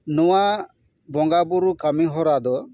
ᱱᱚᱣᱟ ᱵᱚᱸᱜᱟ ᱵᱳᱨᱳ ᱠᱟᱹᱢᱤ ᱦᱚᱨᱟ ᱫᱚ